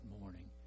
morning